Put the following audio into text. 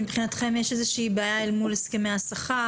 מבחינתכם יש איזושהי בעיה אל מול הסכמי השכר,